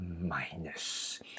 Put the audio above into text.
minus